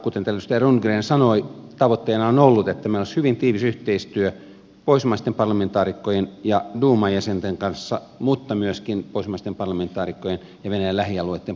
kuten täällä edustaja rundgren sanoi tavoitteena on ollut että meillä olisi hyvin tiivis yhteistyö pohjoismaisten parlamentaarikkojen ja duuman jäsenten kanssa mutta myöskin pohjoismaisten parlamentaarikkojen ja venäjän lähialueitten parlamentaarikkojen kanssa